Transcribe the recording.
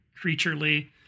creaturely